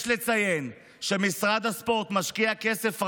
יש לציין שמשרד הספורט משקיע כסף רב,